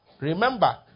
Remember